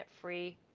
free